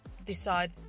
decide